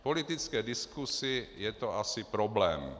V politické diskusi je to asi problém.